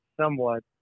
somewhat